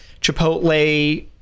chipotle